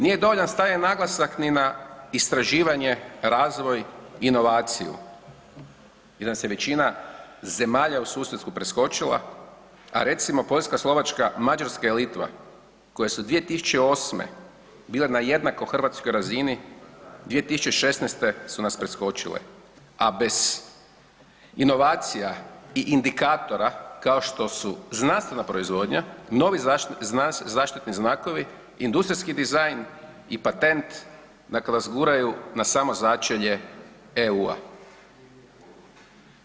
Nije dovoljno stavljen naglasak ni na istraživanje, razvoj i inovaciju jer nas je većina zemalja u susjedstvu preskočila, a recimo Poljska, Slovačka, Mađarska i Litva koje su 2008. bile na jednako hrvatskoj razini 2016. su nas preskočile, a bez inovacija i indikatora kao što su znanstvena proizvodnja, novi zaštitni znakovi, industrijski dizajn i patent dakle nas guraju na samo začelje EU-a.